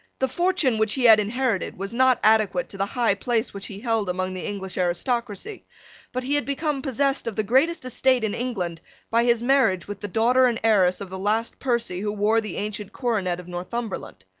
the fortune which he had inherited was not adequate to the high place which he held among the english aristocracy but he had become possessed of the greatest estate in england by his marriage with the daughter and heiress of the last percy who wore the ancient coronet of northumberland.